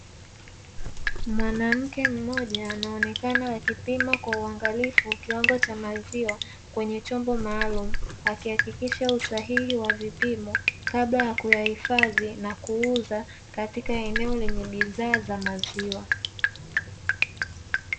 Mwanamke mmoja anaoneka akipima kwa uangalifu kiwango cha maziwa kwenye chombo maalumu, akihakikisha usahihi wa vipimo kabla ya kuyahifadhi na kuuza katika eneo lenye bidhaa za maziwa.